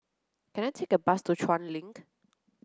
can I take a bus to Chuan Link